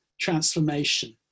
transformation